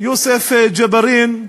יוסף ג'בארין,